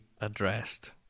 addressed